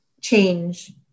change